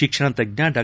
ಶಿಕ್ಷಣ ತಜ್ಜ ಡಾ